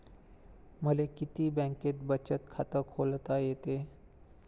मले किती बँकेत बचत खात खोलता येते?